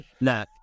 No